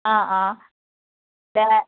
অঁ অঁ